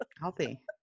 Healthy